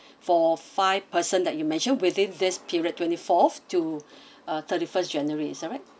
for five person that you mentioned within this period twenty fourth to uh thirty first january is that right